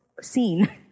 seen